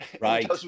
Right